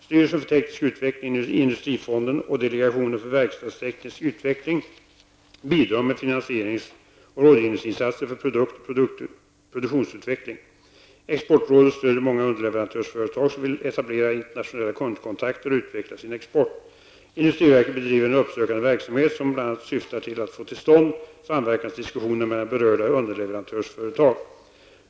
Styrelsen för teknisk utveckling, Industrifonden och delegationen för verkstadsteknisk utveckling bidrar med finansierings och rådgivningsinsatser för produkt och produktionsutveckling. Exportrådet stödjer många underleverantörsföretag som vill etablera internationella kundkontakter och utveckla sin export. Industriverket bedriver en uppsökande verksamhet som bl.a. syftar till att få till stånd samverkansdiskussioner mellan berörda underleverantörsföretag.